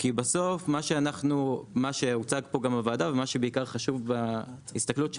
כי מה שהוצג בוועדה ומה שחשוב בעיקר בהסתכלות שלנו,